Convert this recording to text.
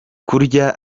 kurya